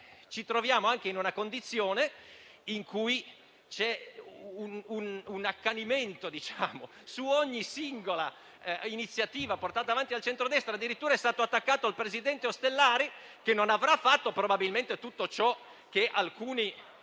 Ci troviamo anche in una condizione per cui c'è un accanimento su ogni singola iniziativa portata avanti dal centrodestra. È stato addirittura attaccato il presidente Ostellari, che non avrà fatto probabilmente tutto ciò che alcuni